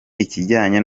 ikijyanye